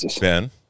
Ben